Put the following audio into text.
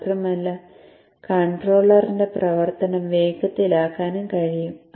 മാത്രമല്ല കൺട്രോളറിന്റെ പ്രവർത്തനം വേഗത്തിലാക്കാനും കഴിയും